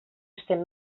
estem